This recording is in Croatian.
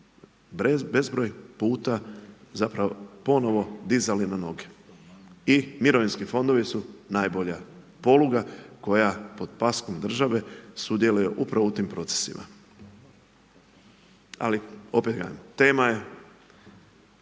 bezbroj puta zapravo ponovo dizali na noge. I mirovinski fondovi su najbolja poluga koja pod paskom države sudjeluje upravo u tim procesima. Ali opet kažem, tema je